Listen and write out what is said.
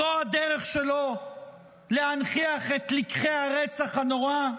זו הדרך שלו להנכיח את לקחי הרצח הנורא?